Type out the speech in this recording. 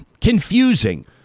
confusing